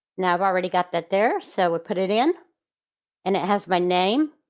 now i've already got that there. so we'll put it in and it has my name.